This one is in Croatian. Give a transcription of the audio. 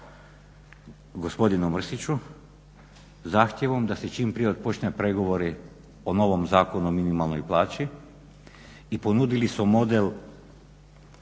Hvala vam.